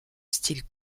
style